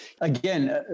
Again